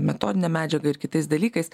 metodine medžiaga ir kitais dalykais